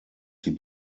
sie